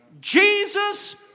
Jesus